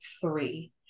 three